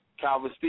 Calvin